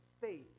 faith